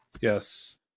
Yes